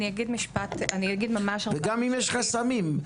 גם אם יש חסמים,